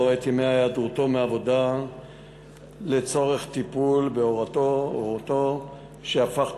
את ימי היעדרותו מהעבודה לצורך טיפול בהורה שלו שהפך תלוי,